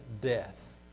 death